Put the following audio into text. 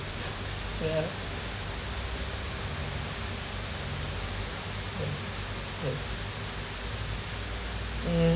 yeah yes yes mm